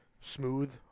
smooth